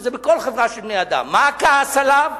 וזה בכל חברה של בני-אדם: מה הכעס עליו?